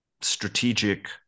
strategic